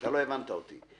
לא הבנת אותי.